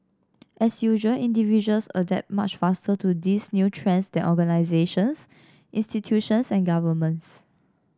as usual individuals adapt much faster to these new trends than organisations institutions and governments